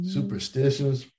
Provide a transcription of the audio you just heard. Superstitions